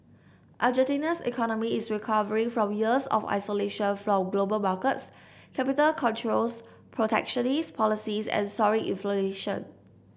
Argentina's economy is recovering from years of isolation from global markets capital controls protectionist policies and soaring inflation